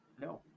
No